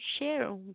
share